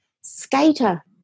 skater